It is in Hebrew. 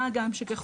מה גם שככל